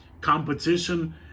competition